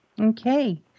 Okay